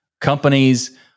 Companies